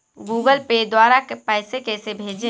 Google Pay द्वारा पैसे कैसे भेजें?